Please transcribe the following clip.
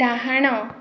ଡାହାଣ